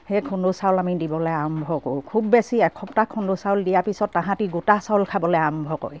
সেই খুন্দো চাউল আমি দিবলে আৰম্ভ কৰোঁ খুব বেছি এসপ্তাহ খুন্দু চাউল দিয়াৰ পিছত তাহাঁতি গোটা চাউল খাবলে আৰম্ভ কৰে